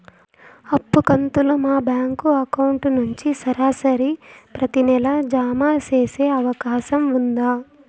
అప్పు కంతులు మా బ్యాంకు అకౌంట్ నుంచి సరాసరి ప్రతి నెల జామ సేసే అవకాశం ఉందా?